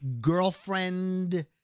girlfriend